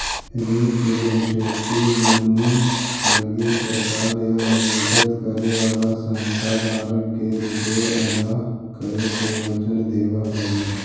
representative money लगी सरकार या निर्गत करे वाला संस्था धारक के रुपए अदा करे के वचन देवऽ हई